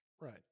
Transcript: Right